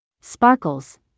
Sparkles